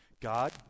God